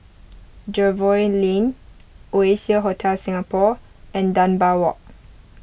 Jervois Lane Oasia Hotel Singapore and Dunbar Walk